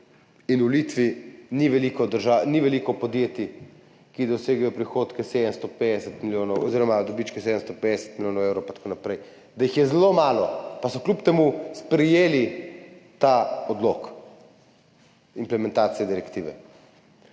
in v Litvi ni veliko podjetij, ki dosegajo prihodke 750 milijonov oziroma dobičke 750 milijonov evrov pa tako naprej, da jih je zelo malo, pa so kljub temu sprejeli ta odlok implementacije direktive.